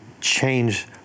change